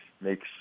makes